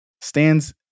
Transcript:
stands